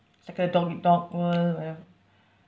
it's like a dog eat dog world whatever